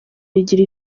igira